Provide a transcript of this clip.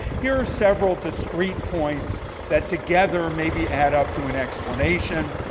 here are several discrete points that together maybe add up to an explanation.